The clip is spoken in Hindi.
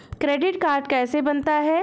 क्रेडिट कार्ड कैसे बनता है?